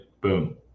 Boom